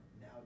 now